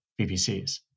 VPCs